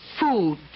food